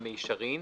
במישרין,